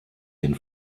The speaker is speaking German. den